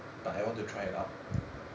but I want to try it out